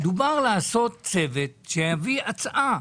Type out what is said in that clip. דובר על להקים צוות שיביא הצעה,